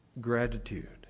gratitude